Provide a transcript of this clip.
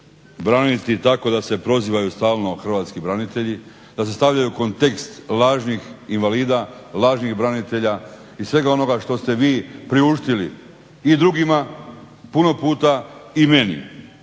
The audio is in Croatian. braniti tako da se prozivaju stalno hrvatski branitelji, da se stavljaju u kontekst lažnih invalida, lažnih branitelja i svega onoga što ste vi priuštili i drugima, puno puta i meni.